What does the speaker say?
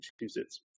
Massachusetts